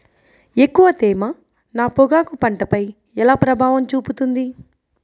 ఎక్కువ తేమ నా పొగాకు పంటపై ఎలా ప్రభావం చూపుతుంది?